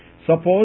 Suppose